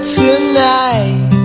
tonight